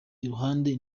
iruhande